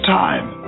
time